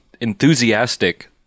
enthusiastic